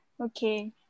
Okay